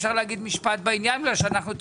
אפשר להגיד משפט בעניין בגלל שאנחנו את